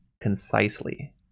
concisely